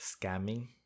scamming